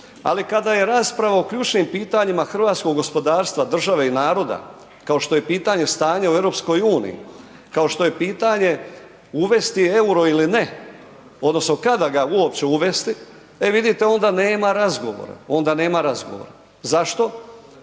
ali kada je rasprava o ključnim pitanjima hrvatskog gospodarstva, države i naroda kao što je pitanje stanja u EU-u, kao što je pitanje uvesti euro ili ne, odnosno kada ga uopće uvesti, e vidite, onda nema razgovora, onda